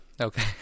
Okay